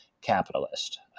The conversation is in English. capitalist